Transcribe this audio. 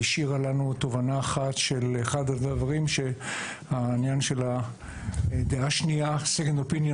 והשאירה לנו תובנה אחת על עניין הדעה השנייה, Second Opinion ,